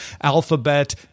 alphabet